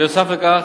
נוסף על כך,